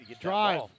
Drive